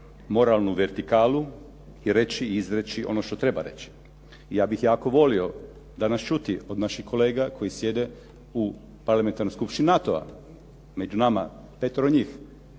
moralnu vertikalu i reći i izreći ono što treba reći. Ja bih jako volio danas čuti od naših kolega koji sjede u parlamentarnoj skupštini NATO-a među nama petero njih